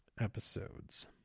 episodes